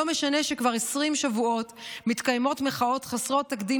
לא משנה שכבר 20 שבועות מתקיימות מחאות חסרות תקדים